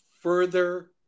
further